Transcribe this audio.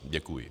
Děkuji.